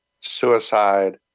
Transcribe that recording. Suicide